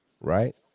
right